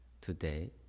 Today